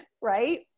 right